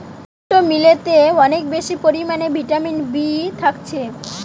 ছোট্ট মিলেতে অনেক বেশি পরিমাণে ভিটামিন বি থাকছে